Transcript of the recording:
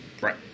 Right